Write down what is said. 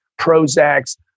Prozacs